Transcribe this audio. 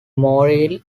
motile